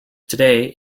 today